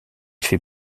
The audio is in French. fait